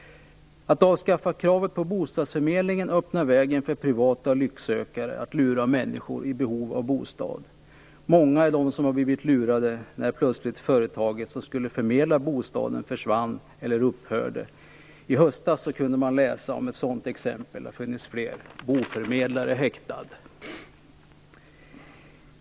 Att avskaffa kravet på Bostadsförmedlingen öppnar vägen för privata lycksökare att lura människor som är i behov av bostad. Många är de som blev lurade när företaget som skulle förmedla bostaden plötsligt försvann eller upphörde. I höstas kunde man läsa om ett sådant exempel - och det har funnits fler - under rubriker som "Boförmedlare häktad".